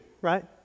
right